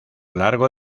largo